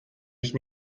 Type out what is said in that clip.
ich